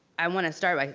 i want to start, like